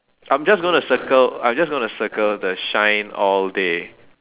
I'm just gonna circle I just gonna circle the shine all day